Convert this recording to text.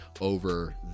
over